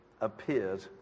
appeared